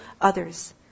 others